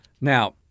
Now